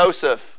Joseph